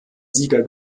sieger